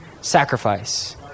sacrifice